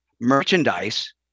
Merchandise